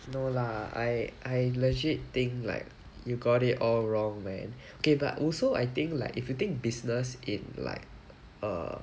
no lah I I legit think like you got it all wrong man okay but also I think like if you think business in like err